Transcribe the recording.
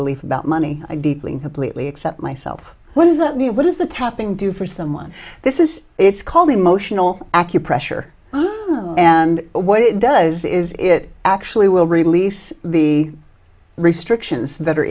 belief about money i deeply completely accept myself what does that mean what is the tapping do for someone this is it's called emotional acupressure and what it does is it actually will release the restrictions that are